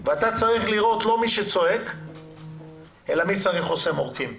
ואתה צריך לראות לא מי צועק אלא מי צריך חוסם עורקים.